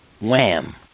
wham